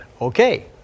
Okay